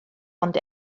ond